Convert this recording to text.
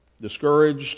discouraged